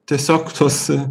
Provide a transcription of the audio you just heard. tiesiog tos